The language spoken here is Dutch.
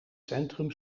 centrum